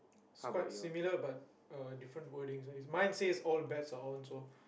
it's quite similar but uh different wordings ah mine says all bets are on so